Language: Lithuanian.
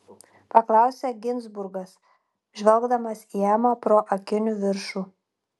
paklausė ginzburgas žvelgdamas į emą pro akinių viršų